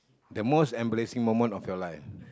the most embarrassing moment of your life